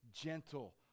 gentle